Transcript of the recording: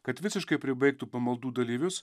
kad visiškai pribaigtų pamaldų dalyvius